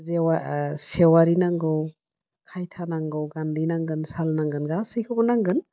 जेवा सेवारि नांगौ खायथा नांगौ गान्दै नांगोन साल नांगोन गासैखौबो नांगोन